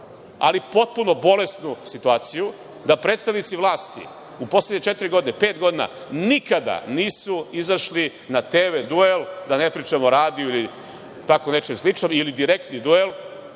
ali potpuno bolesnu situaciju, da predstavnici vlasti u poslednje četiri godine, pet godina, nikada nisu izašli na TV duel, da ne pričam o radiju ili tako nečem slično ili direktni duel,